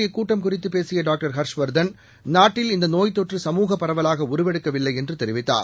இக்கூட்டம் குறித்தபேசியடாக்டர் ஹாஷவாதன் நாட்டில் இந்தநோய் தொற்று பின்னர் சமூக பரவலாகஉருவெடுக்கவில்லைஎன்றுதெரிவித்தார்